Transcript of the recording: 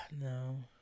no